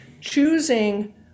choosing